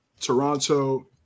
Toronto